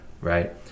right